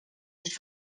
sich